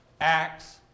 acts